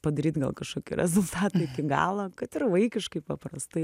padaryt gal kažkokį rezultatą iki galo kad ir vaikiškai paprastai